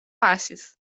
pasis